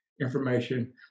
information